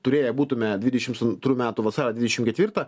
turėję būtumėm dvidešim antrų metų vasario dvidešim ketvirtą